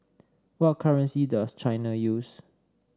what currency does China use